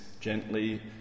gently